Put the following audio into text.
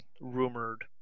Rumored